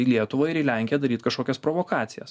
į lietuvą ir į lenkiją daryt kažkokias provokacijas